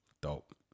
Dope